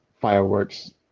fireworks